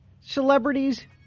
celebrities